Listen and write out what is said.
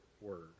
word